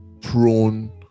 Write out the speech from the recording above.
prone